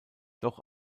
doch